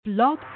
Blog